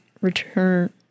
return